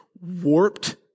warped